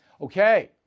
Okay